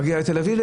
שמגיע לתל אביב?